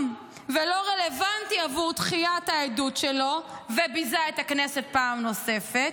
ולא רלוונטי וביזה את הכנסת פעם נוספת.